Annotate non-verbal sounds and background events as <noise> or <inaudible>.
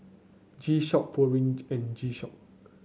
G Shock Pureen <unintelligible> and G Shock